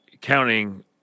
counting